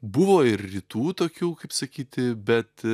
buvo ir rytų tokių kaip sakyti bet